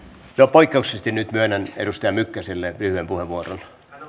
poikkeuksellisesti nyt myönnän edustaja mykkäselle lyhyen puheenvuoron